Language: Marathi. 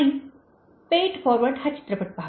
आणि "पे इट फॉरवर्ड" हा चित्रपट पहा